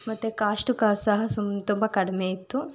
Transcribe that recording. ಮತ್ತು ಕಾಸ್ಟ್ ಕಾ ಸಹ ಸುಮ್ ತುಂಬ ಕಡಿಮೆ ಇತ್ತು